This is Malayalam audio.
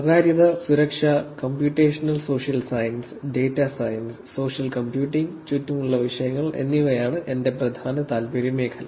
സ്വകാര്യത സുരക്ഷ computational social science data science social computing ചുറ്റുമുള്ള വിഷയങ്ങൾ എന്നിവയാണ് എന്റെ പ്രധാന താൽപ്പര്യ മേഖല